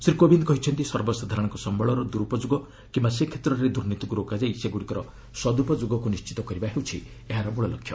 ଶ୍ରୀ କୋବିନ୍ଦ୍ କହିଛନ୍ତି ସର୍ବସାଧାରଣଙ୍କ ସମ୍ଭଳର ଦୂରୁପଯୋଗ କିମ୍ବା ସେ କ୍ଷେତ୍ରରେ ଦୁର୍ନୀତିକୁ ରୋକାଯାଇ ସେଗୁଡ଼ିକର ସଦୁପଯୋଗକୁ ନିଣ୍ଚିତ କରିବା ହେଉଛି ଏହାର ମୂଳଲକ୍ଷ୍ୟ